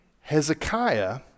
Hezekiah